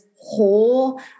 whole